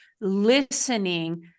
listening